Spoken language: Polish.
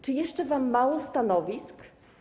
Czy jeszcze wam mało stanowisk?